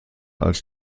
als